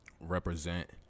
represent